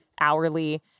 hourly